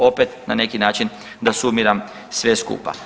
Opet na neki način da sumiram sve skupa.